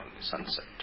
sunset